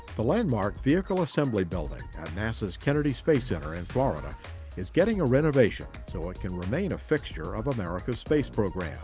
the landmark vehicle assembly building at nasa's kennedy space center in florida is getting a renovation so it can remain a fixture of america's space program